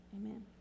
amen